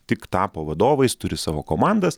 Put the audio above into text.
tik tapo vadovais turi savo komandas